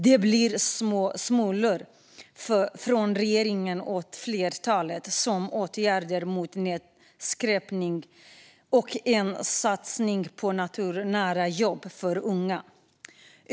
Det blir småsmulor från regeringen åt flertalet, som åtgärder mot nedskräpning och en satsning på naturnära jobb för unga.